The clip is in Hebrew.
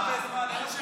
לא יודע.